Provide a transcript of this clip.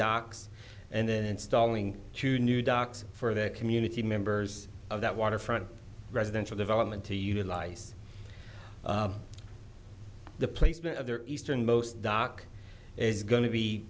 docks and then stalling to new docks for their community members of that waterfront residential development to utilize the placement of the easternmost dock is going to be